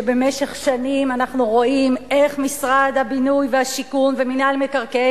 שבמשך שנים אנחנו רואים איך משרד הבינוי והשיכון ומינהל מקרקעי